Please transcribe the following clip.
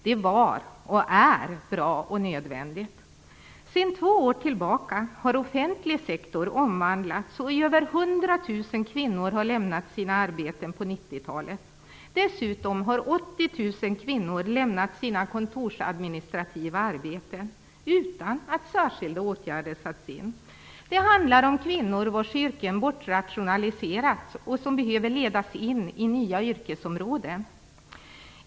Detta var, och är fortfarande, bra och nödvändigt. Sedan två år tillbaka har den offentliga sektorn omvandlats. Mer än 100 000 kvinnor har lämnat sina arbeten under 90-talet. Dessutom har 80 000 kvinnor lämnat sina kontorsadministrativa arbeten utan att särskilda åtgärder satts in. Det handlar om kvinnor vars yrken bortrationaliserats, om kvinnor som behöver ledas in på nya yrkesområden.